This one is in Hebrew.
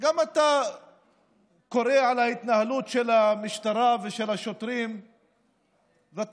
גם אתה קורא על ההתנהלות של המשטרה ושל השוטרים ואתה